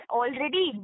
already